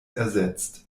ersetzt